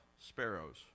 sparrows